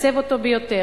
לתקצב אותו יותר,